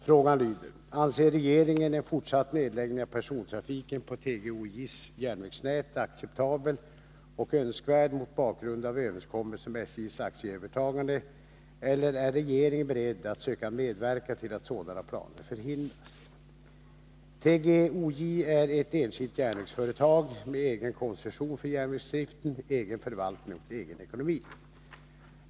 Frågan lyder: ”Anser regeringen en fortsatt nedläggning av persontrafiken på TGOJ:s järnvägsnät acceptabel och önskvärd mot bakgrund av överenskommelsen om SJ:s aktieövertagande, eller är regeringen beredd att söka medverka till att sådana planer förhindras?” TGOJ är ett enskilt järnvägsföretag — med egen koncession för jänvägsdriften, egen förvaltning och egen ekonomi.